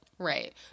Right